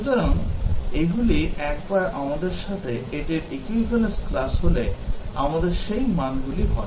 সুতরাং এগুলি একবার আমাদের সাথে এটির equivalence class হলে আমাদের সেই মানগুলি হয়